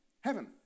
heaven